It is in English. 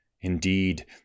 Indeed